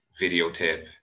videotape